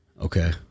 Okay